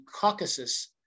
Caucasus